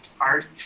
art